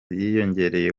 yiyongereye